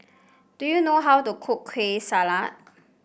do you know how to cook Kueh Salat